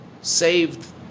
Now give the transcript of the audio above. saved